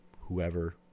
whoever